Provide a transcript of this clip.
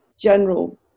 general